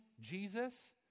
Jesus